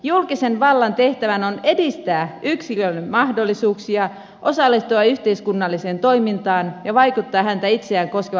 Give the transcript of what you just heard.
julkisen vallan tehtävänä on edistää yksilön mahdollisuuksia osallistua yhteiskunnalliseen toimintaan ja vaikuttaa häntä itseään koskevaan päätöksentekoon